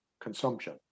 consumption